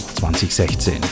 2016